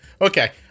Okay